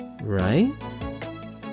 Right